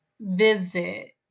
visit